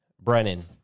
Brennan